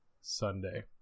Sunday